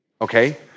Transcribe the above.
Okay